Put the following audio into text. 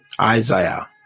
Isaiah